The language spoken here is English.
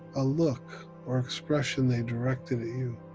a look or expression they directed at you,